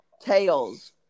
tails